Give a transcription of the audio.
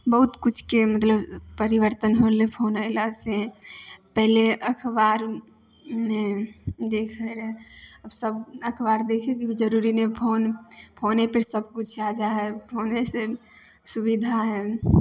बहुत किछके मतलब परिवर्तन होलै फोन अयलासँ पहिले अखबारमे देखय रहय आब सब अखबार देखयके भी जरुरी नहि फोन फोनपर सब किछु आ जा हइ फोनेसँ सुविधा हइ